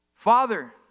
Father